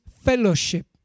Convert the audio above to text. fellowship